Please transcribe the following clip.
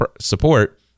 support